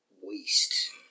waste